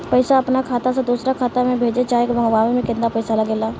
पैसा अपना खाता से दोसरा खाता मे भेजे चाहे मंगवावे में केतना पैसा लागेला?